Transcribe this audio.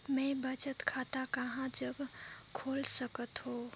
मैं बचत खाता कहां जग खोल सकत हों?